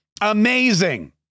amazing